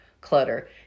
clutter